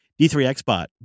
D3XBot